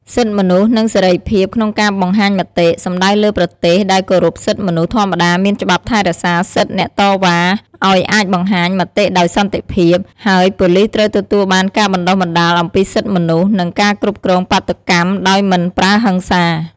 សិទ្ធិមនុស្ស និងសេរីភាពក្នុងការបង្ហាញមតិ សំដៅលើប្រទេសដែលគោរពសិទ្ធិមនុស្សធម្មតាមានច្បាប់ថែរក្សាសិទ្ធិអ្នកតវ៉ាឲ្យអាចបង្ហាញមតិដោយសន្តិភាព ហើយប៉ូលីសត្រូវទទួលបានការបណ្តុះបណ្តាលអំពីសិទ្ធិមនុស្ស និងការគ្រប់គ្រងបាតុកម្មដោយមិនប្រើហិង្សា។